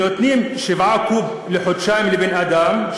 נותנים 7 קוב לחודשיים לבן-אדם,